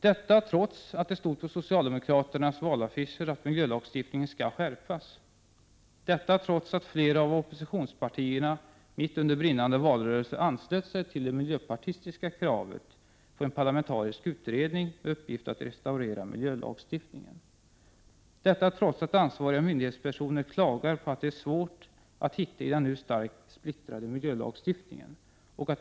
Detta trots att det stod på socialdemokraternas valaffischer att miljölagstiftningen skall skärpas, trots att flera av oppositionspartierna mitt under brinnande valrörelse anslöt sig till det miljöpartistiska kravet på en parlamentarisk utredning med uppgift att restaurera miljölagstiftningen och trots att ansvariga myndighetspersoner klagar på att det är svårt att hitta i den nu starkt splittrade miljölagstiftningen.